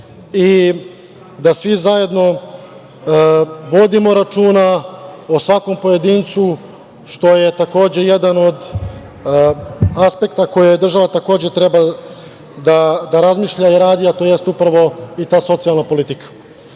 i da svi zajedno vodimo računa o svakom pojedincu, što je takođe jedan od aspekta o kojima država takođe treba da razmišlja i radi, a to jeste upravo, i ta socijalna politika. Kada